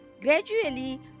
Gradually